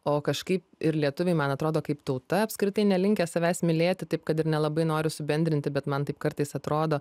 o kažkaip ir lietuviai man atrodo kaip tauta apskritai nelinkę savęs mylėti taip kad ir nelabai noriu subendrinti bet man taip kartais atrodo